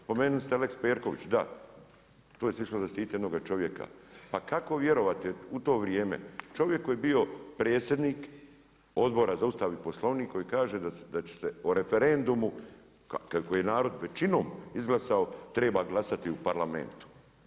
Spomenuli ste Lex Perković, da, to je … jednoga čovjeka, pa kako vjerovati u to vrijeme, čovjek koji je bio predsjednik Odbora za Ustav i Poslovnik koji kaže da će se o referendumu, kako je narod većinom izglasao treba glasati u Parlament.